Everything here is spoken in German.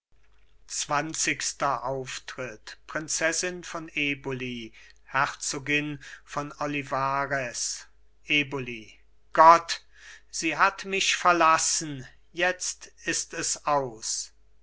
zwanzigster auftritt prinzessin von eboli herzogin von olivarez eboli gott sie hat mich verlassen jetzt ist es aus